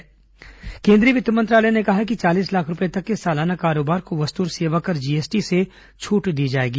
GST छूट केन्द्रीय वित्त मंत्रालय ने कहा है कि चालीस लाख रुपए तक के सालाना कारोबार को वस्तु और सेवा कर जीएसटी से छूट दी जाएगी